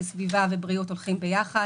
שסביבה ובריאות הולכות ביחד.